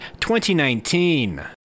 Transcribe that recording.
2019